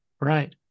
right